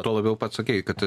tuo labiau pats sakei kad